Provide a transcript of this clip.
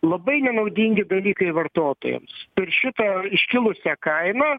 labai nenaudingi dalykai vartotojams per šitą iškilusią kainą